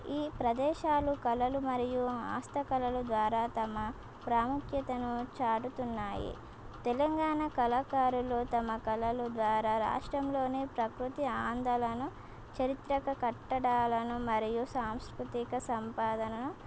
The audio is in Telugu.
ఈ ప్రదేశాలు కళలు మరియు ఆస్త కళలు ద్వారా తమ ప్రాముఖ్యతను చాటుడుతున్నాయి తెలంగాణ కళాకారులు తమ కళలు ద్వారా రాష్ట్రంలోని ప్రకృతి అందాలను చరిత్రక కట్టడాలను మరియు సాంస్కృతిక సంపాదనను